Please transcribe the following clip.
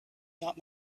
not